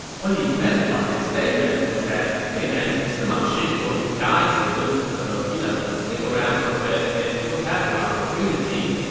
what he meant by his statement was that, hey man, sima shi is going to die soon, so you know, stick around for bit and you'll have your opportunity.